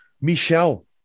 Michel